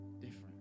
different